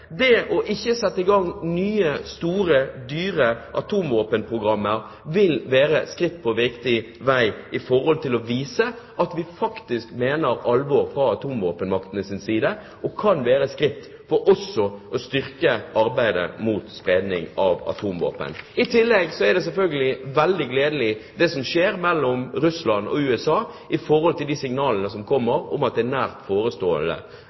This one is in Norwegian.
Det ikke å sette i gang nye store, dyre atomvåpenprogrammer vil være et skritt på riktig vei for å vise at man fra atomvåpenmaktenes side faktisk mener alvor, og det kan være et skritt for også å styrke arbeidet mot spredning av atomvåpen. I tillegg er selvfølgelig det som skjer mellom Russland og USA, veldig gledelig, de signalene som kommer om at en avtale om nedrustning av de strategiske atomvåpnene er nært forestående.